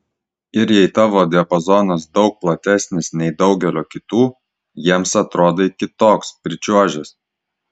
ir jei tavo diapazonas daug platesnis nei daugelio kitų jiems atrodai kitoks pričiuožęs